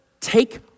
take